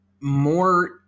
more